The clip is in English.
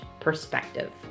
perspective